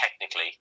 technically